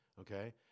Okay